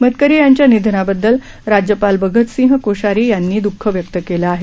मतकरी यांच्या निधनाबददल राज्यपाल भगतसिंह कोश्यारी यांनीही द्रःख व्यक्त केलं आहे